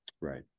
Right